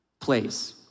place